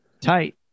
Tight